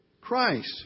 Christ